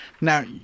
Now